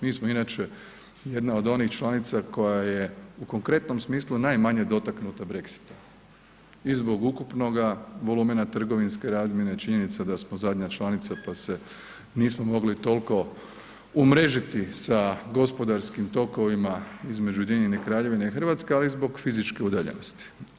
Mi smo inače jedna od onih članica koja je u konkretnom smislu najmanje dotaknuta Brexitom i zbog ukupnoga volumena trgovinske razmjene i činjenica da smo zadnja članica pa se nismo mogli toliko umrežiti sa gospodarskim tokovima između Ujedinjene Kraljevine i Hrvatske, ali i zbog fizičke udaljenosti.